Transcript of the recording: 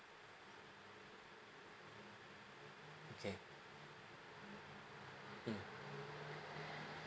okay mm